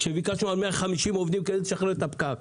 כשביקשנו 150 עובדים כדי לשחרר את הפקק.